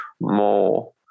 more